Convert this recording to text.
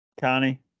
Connie